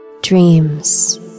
Dreams